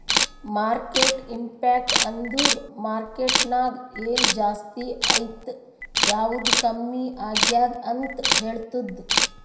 market impact ಅಂದುರ್ market ನಾಗ್ ಎನ್ ಜಾಸ್ತಿ ಆಯ್ತ್ ಯಾವ್ದು ಕಮ್ಮಿ ಆಗ್ಯಾದ್ ಅಂತ್ ಹೇಳ್ತುದ್